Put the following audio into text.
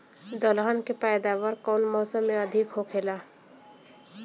दलहन के पैदावार कउन मौसम में अधिक होखेला?